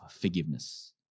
forgiveness